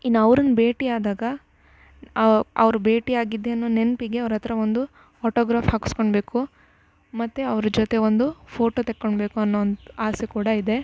ಇನ್ನು ಅವ್ರನ್ನು ಭೇಟಿಯಾದಾಗ ಅವ್ರ್ನ್ ಭೇಟಿಯಾಗಿದ್ದೆ ಅನ್ನೋ ನೆನಪಿಗೆ ಅವ್ರ ಹತ್ರ ಒಂದು ಒಟೋಗ್ರಾಫ್ ಹಾಕ್ಸ್ಕೊಳ್ಬೇಕು ಮತ್ತು ಅವ್ರ ಜೊತೆ ಒಂದು ಫೋಟೋ ತೆಕ್ಕೊಳ್ಬೇಕು ಅನ್ನೋ ಒಂದು ಆಸೆ ಕೂಡ ಇದೆ